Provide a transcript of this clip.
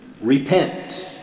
repent